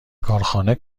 کارخانه